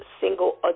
single